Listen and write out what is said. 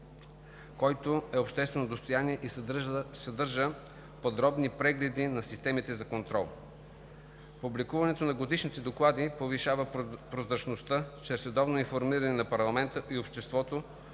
който е обществено достояние, и съдържа подробни прегледи на системите за контрол. Публикуването на годишните доклади повишава прозрачността чрез редовно информиране на парламента и обществото